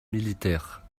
militaires